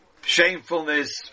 shamefulness